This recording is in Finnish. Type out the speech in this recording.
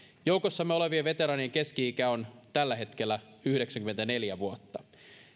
joukossamme olevien veteraanien keski ikä on tällä hetkellä noin yhdeksänkymmentäneljä vuotta